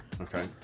Okay